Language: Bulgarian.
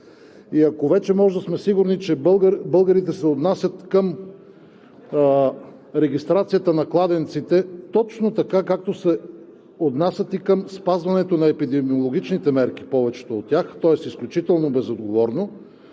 И ако вече може да сме сигурни, че българите се отнасят към регистрацията на кладенците точно така, както повечето от тях се отнасят и към спазването на епидемиологичните мерки, тоест изключително безотговорно,